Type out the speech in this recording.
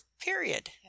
period